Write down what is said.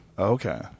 okay